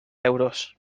euros